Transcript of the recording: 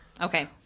Okay